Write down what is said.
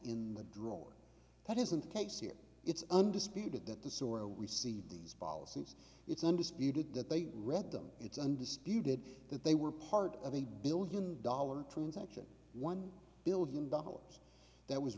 in the drawer that isn't the case here it's undisputed that the sorra we see these policies it's undisputed that they read them it's undisputed that they were part of a billion dollar transaction one billion dollars that was